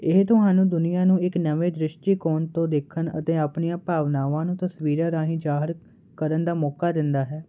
ਇਹ ਤੁਹਾਨੂੰ ਦੁਨੀਆਂ ਨੂੰ ਇੱਕ ਨਵੇਂ ਦ੍ਰਿਸ਼ਟੀਕੋਣ ਤੋਂ ਦੇਖਣ ਅਤੇ ਆਪਣੀਆਂ ਭਾਵਨਾਵਾਂ ਨੂੰ ਤਸਵੀਰਾਂ ਰਾਹੀਂ ਜਾਹਰ ਕਰਨ ਦਾ ਮੌਕਾ ਦਿੰਦਾ ਹੈ